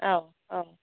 औ औ